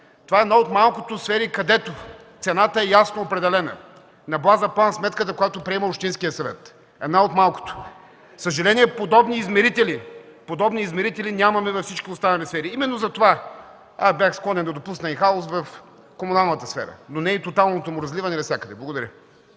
това е една от малкото сфери, където цената е ясно определена – на база план-сметката, която приема общинският съвет, една от малкото. За съжаление, подобни измерители нямаме във всички останали серии, именно за това бях склонен да допусна и хаос в комуналната сфера, но не и тоталното му разливане навсякъде. Благодаря.